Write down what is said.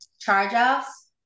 charge-offs